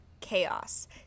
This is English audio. chaos